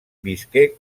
visqué